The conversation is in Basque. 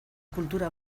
kultura